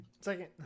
second